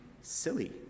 silly